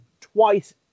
twice